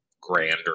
grander